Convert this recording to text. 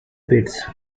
pits